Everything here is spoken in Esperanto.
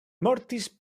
mortis